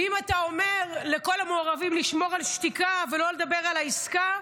ואם אתה אומר לכל המעורבים לשמור על שתיקה ולא לדבר על העסקה,